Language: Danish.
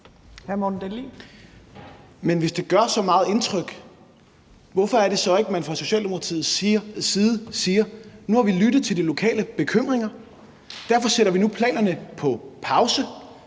(V): Hvis det gør så stort indtryk, hvorfor siger Socialdemokratiet så ikke, at man har lyttet til de lokale bekymringer, og derfor sætter man nu planerne på pause